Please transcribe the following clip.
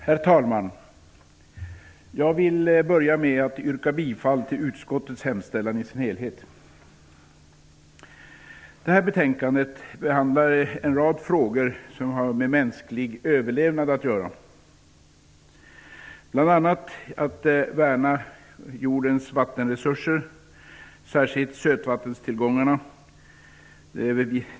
Herr talman! Jag vill börja med att yrka bifall till utskottets hemställan i dess helhet. Det här betänkandet behandlar en rad frågor som har med mänsklig överlevnad att göra. Det handlar bl.a. om att värna jordens vattenresurser, särskilt sötvattentillgångarna.